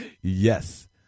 Yes